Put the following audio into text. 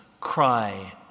cry